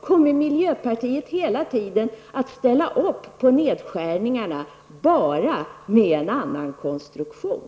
Kommer miljöpartiet hela tiden att ställa upp på nedskärningarna bara förslaget har en annan konstruktion?